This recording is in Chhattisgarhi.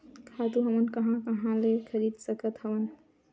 खातु हमन कहां कहा ले खरीद सकत हवन?